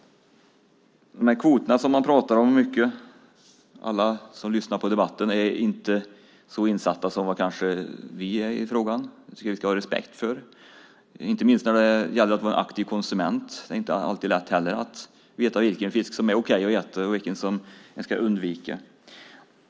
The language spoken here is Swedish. Kvoterna pratar man mycket om. Alla som lyssnar på debatten är inte så insatta som vi kanske är i frågan, och det tycker jag att vi ska ha respekt för, inte minst när det gäller att kunna vara en aktiv konsument. Det är inte alltid lätt att veta vilken fisk som är okej att äta och vilken man ska undvika.